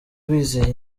bizeye